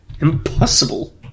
Impossible